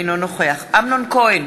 אינו נוכח אמנון כהן,